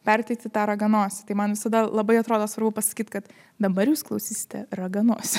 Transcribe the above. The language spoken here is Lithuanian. perteikti tą raganosį tai man visada labai atrodo svarbu pasakyt kad dabar jūs klausysite raganosio